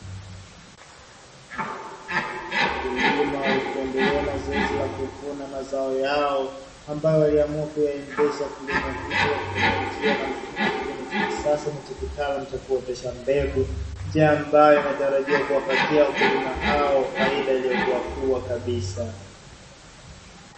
Wakulima wakiendelea na zoezi la kuvuna mazao yao ambayo waliamua kuyaendesha kilimo hicho kutumia njia na mfumo wa kilimo cha kisasa na cha kitaalamu cha kuotesha mbegu, njia ambayo yatarajiwa kuwapatia wakulima hao faida iliyokuwa kubwa kabisa.